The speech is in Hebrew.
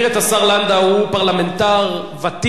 הוא פרלמנטר ותיק וידוע,